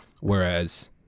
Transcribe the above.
whereas